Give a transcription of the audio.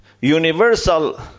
universal